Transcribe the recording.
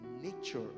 nature